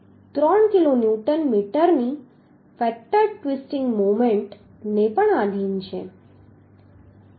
તે 3 કિલોન્યુટન મીટરની factored twisting moment ને પણ આધિન છે